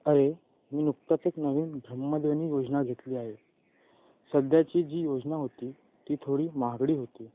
अरे मी नुकताच एक नवीन भ्रमणध्वनी योजना घेतली आहे सध्याची जी योजना होती ती थोडी महागडी होती